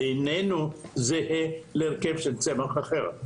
איננו זהה להרכב של צמח אחר.